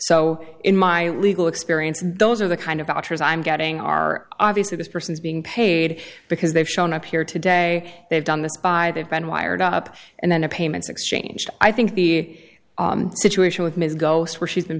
so in my legal experience those are the kind of doctors i'm getting are obviously this person is being paid because they've shown up here today they've done this by they've been wired up and then the payments exchanged i think the situation with ms ghost where she's been